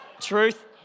Truth